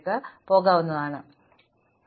നോഡുകളും അരികുകളെ വരികളായി ബന്ധിപ്പിക്കുന്നു